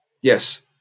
yes